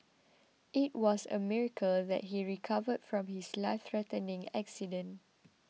it was a miracle that he recovered from his lifethreatening accident